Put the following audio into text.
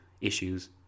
issues